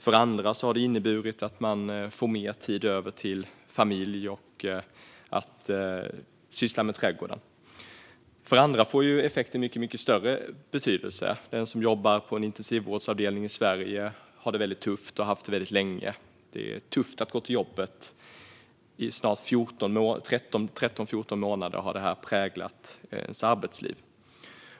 För en del har det inneburit att man får mer tid över till familjen och till att syssla med trädgården. För andra får effekten mycket större betydelse. Den som jobbar på en intensivvårdsavdelning i Sverige har det väldigt tufft och har haft det väldigt länge. Det är tufft att gå till jobbet. I 13-14 månader har det här präglat ens arbetsliv.